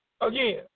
again